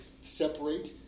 separate